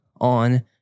on